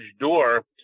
door